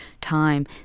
Time